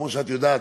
כמו שאת יודעת,